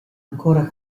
ancora